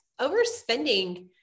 overspending